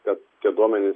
kad tie duomenys